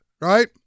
right